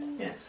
Yes